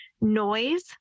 Noise